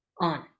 on